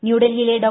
ന്യൂഡൽഹിയില്ലെ ഡോ